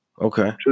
Okay